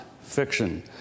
fiction